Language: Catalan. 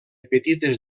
petites